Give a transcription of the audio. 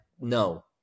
no